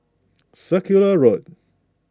Circular Road